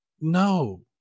no